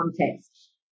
context